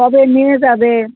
কবে নিয়ে যাবে